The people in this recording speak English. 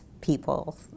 people